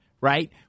right